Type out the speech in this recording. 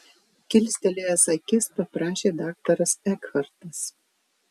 kilstelėjęs akis paprašė daktaras ekhartas